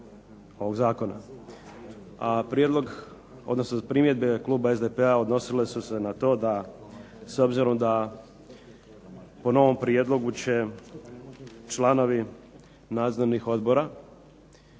ovog zakona. A prijedlog, odnosno primjedbe Kluba SDP-a odnosile su se na to da s obzirom na to da po novom prijedlogu će se članovi nadzornih odbora